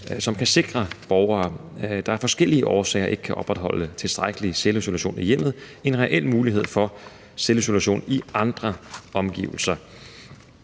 som kan sikre borgere, der af forskellige årsager ikke kan opretholde tilstrækkelig selvisolation i hjemmet, en reel mulighed for selvisolation i andre omgivelser.